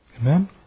Amen